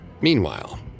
Meanwhile